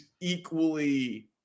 equally